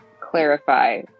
clarify